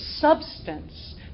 substance